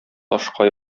ташка